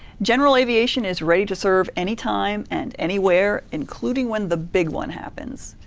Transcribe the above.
general aviation is ready to serve any time and anywhere, including when the big one happens.